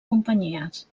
companyies